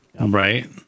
Right